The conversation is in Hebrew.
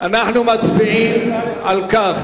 אנחנו מצביעים, הצבעה על כך